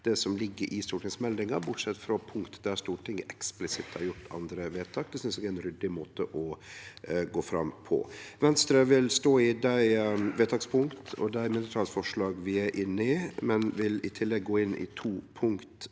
det som ligg i stortingsmeldinga, bortsett frå punkt der Stortinget eksplisitt har gjort andre vedtak. Det synest eg er ein ryddig måte å gå fram på. Venstre vil stå i dei vedtakspunkta og mindretalsforslaga vi er med på, men vil i tillegg gå inn i to punkt.